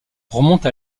remonte